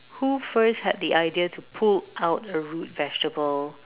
who first had the idea to pull out a root vegetable